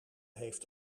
heeft